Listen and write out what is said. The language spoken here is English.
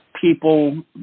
people